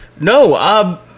No